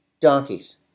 donkeys